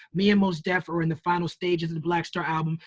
me and mos def are in the final stages of the black star album.